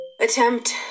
Attempt